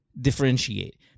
differentiate